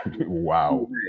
Wow